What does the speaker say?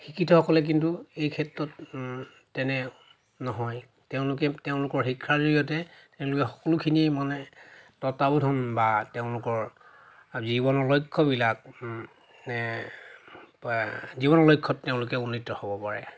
শিক্ষিতসকলে কিন্তু এই ক্ষেত্ৰত তেনে নহয় তেওঁলোকে তেওঁলোকৰ শিক্ষাৰ জৰিয়তে তেওঁলোকে সকলোখিনি মানে তত্ত্বাবোধন বা তেওঁলোকৰ জীৱনৰ লক্ষ্যবিলাক জীৱনৰ লক্ষ্যত তেওঁলোকে উন্নিত হ'ব পাৰে